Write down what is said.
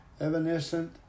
evanescent